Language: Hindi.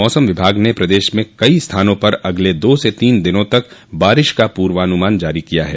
मौसम विभाग ने प्रदेश में कई स्थानों पर अगले दो से तीन दिनों तक बारिश का पूर्वानुमान जारी किया है